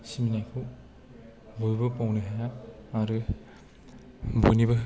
थिननायखौ बयबो बावनो हाया आरो बयनिबो